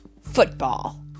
football